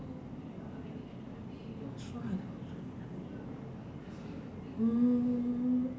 mm